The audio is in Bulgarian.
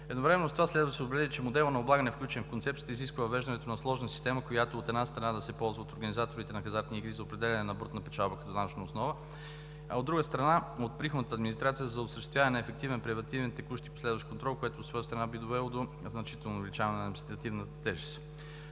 Едновременно с това следва да се отбележи, че моделът на облагане, включен в концепцията, изисква въвеждането на сложна система, която, от една страна, да се ползва от организаторите на хазартни игри за определяне на брутна печалба като данъчна основа, а от друга страна, от Приходната администрация за осъществяване на ефективен превантивен текущ и последващ контрол, което от своя страна би довело до значително увеличаване на административната тежест.